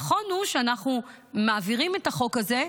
נכון שאנחנו מעבירים את החוק הזה,